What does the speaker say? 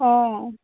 ହଁ